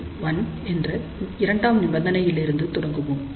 ΓinΓs1 என்ற இரண்டாம் நிபந்தனையில் இருந்து தொடங்குவோம்